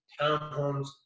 townhomes